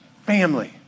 family